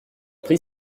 pris